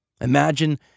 Imagine